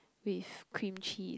with cream cheese